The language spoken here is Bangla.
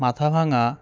মাথাভাঙা